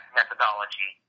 methodology